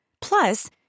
Plus